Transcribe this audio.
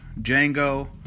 Django